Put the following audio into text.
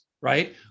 right